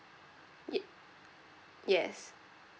ye~ yes